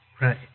Right